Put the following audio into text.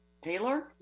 Taylor